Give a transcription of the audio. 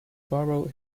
borrow